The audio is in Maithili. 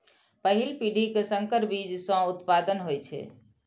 पहिल पीढ़ी के संकर बीज सं उच्च उत्पादन होइ छै